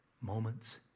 Moments